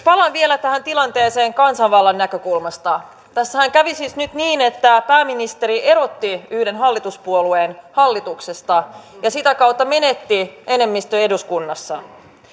palaan vielä tähän tilanteeseen kansanvallan näkökulmasta tässähän kävi siis nyt niin että pääministeri erotti yhden hallituspuolueen hallituksesta ja sitä kautta menetti enemmistön eduskunnassa